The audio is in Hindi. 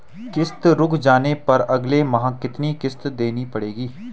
किश्त रुक जाने पर अगले माह कितनी किश्त देनी पड़ेगी?